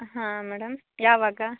ಹಾಂ ಮೇಡಮ್ ಯಾವಾಗ